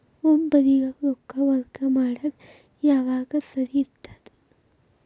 ಒಬ್ಬರಿಗ ರೊಕ್ಕ ವರ್ಗಾ ಮಾಡಾಕ್ ಯಾವಾಗ ಸರಿ ಇರ್ತದ್?